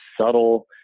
subtle